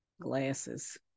glasses